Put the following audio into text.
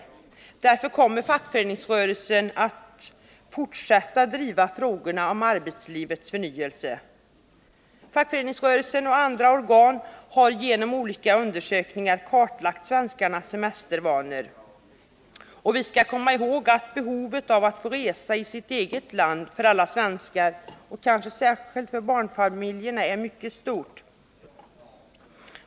Därför kommer fackföreningsrörelsen att fortsätta att driva frågorna om arbetslivets förnyelse. Fackföreningsrörelsen och andra organ har genom olika undersökningar kartlagt svenskarnas semestervanor. Vi skall komma ihåg att behovet av att resa i sitt eget land för alla svenskar, och kanske särskilt för barnfamiljerna, är mycket stort.